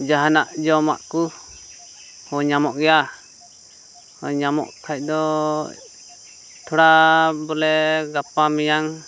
ᱡᱟᱦᱟᱱᱟᱜ ᱡᱚᱢᱟᱜ ᱠᱚᱦᱚᱸ ᱧᱟᱢᱚᱜ ᱜᱮᱭᱟ ᱧᱟᱢᱚᱜ ᱠᱷᱟᱱ ᱫᱚ ᱛᱷᱚᱲᱟ ᱵᱚᱞᱮ ᱜᱟᱯᱟ ᱢᱮᱭᱟᱝ